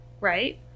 right